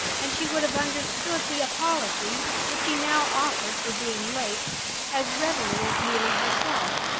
and she would have understood the apology which he now offered for being late as readily as neelie herself.